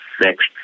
next